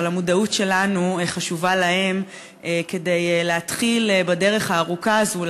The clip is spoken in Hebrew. אבל המודעות שלנו חשובה להם כדי להתחיל בדרך הארוכה הזאת,